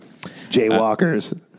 Jaywalkers